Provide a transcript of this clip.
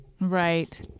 Right